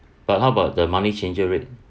but how about the money changer rate